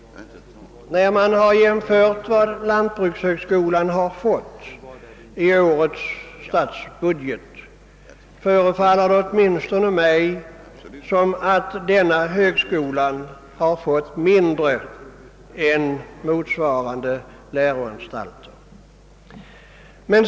När man ser vad lantbrukshögskolan fått i årets statsbudget, förefaller det åtminstone mig som om denna högskola fått mindre än andra motsvarande läroanstalter.